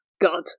God